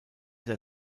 der